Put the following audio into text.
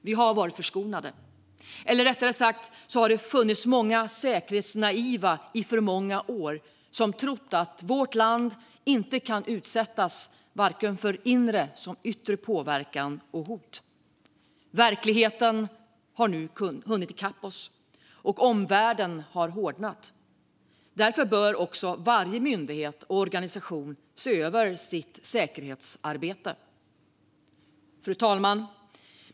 Vi har varit förskonade, eller rättare sagt har det funnits många säkerhetsnaiva som i alltför för många år trott att vårt land inte kan utsättas för vare sig inre eller yttre påverkan och hot. Verkligheten har nu hunnit i kapp oss, och omvärlden har hårdnat. Därför bör också varje myndighet och organisation se över sitt säkerhetsarbete. Fru talman!